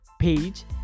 page